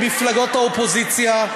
ואני גם מצפה ממפלגות האופוזיציה,